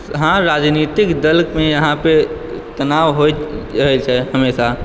हॅं राजनितिक दलमे यहाँ पे तनाव होइत रहैत छै हमेशा